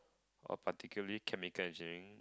or particularly chemical engineering